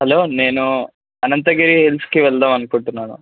hello నేను అనంతగిరి హిల్స్కి వెళ్దాం అనుకుంటున్నాను